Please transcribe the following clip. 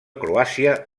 croàcia